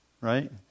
right